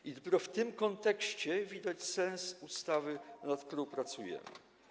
I dopiero w tym kontekście widać sens ustawy, nad którą pracujemy.